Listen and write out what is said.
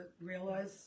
realize